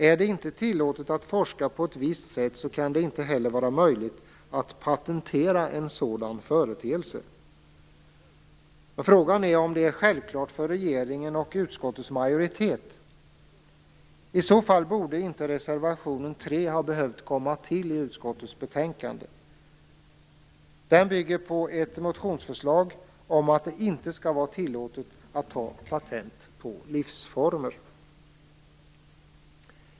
Är det inte tillåtet att forska på ett visst sätt kan det inte heller vara möjligt att patentera en sådan företeelse. Frågan är om det är självklart för regeringen och för utskottets majoritet. I så fall borde inte reservation 3 ha behövt fogas till utskottets betänkande. Den bygger på ett motionsförslag om att det inte skall vara tillåtet att ta patent på livsformer.